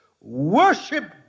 worship